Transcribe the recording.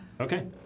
Okay